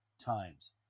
times